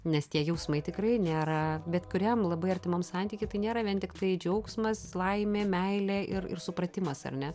nes tie jausmai tikrai nėra bet kuriam labai artimam santyky tai nėra vien tiktai džiaugsmas laimė meilė ir ir supratimas ar ne